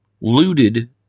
looted